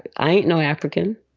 i ain't no african.